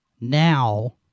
now